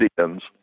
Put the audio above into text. Indians